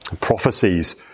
Prophecies